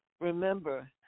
remember